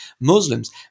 Muslims